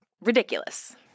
ridiculous